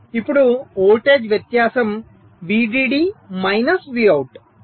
ఇప్పుడు వోల్టేజ్ వ్యత్యాసం VDD minus Vout